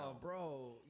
bro